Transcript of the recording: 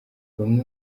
bamwe